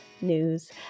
news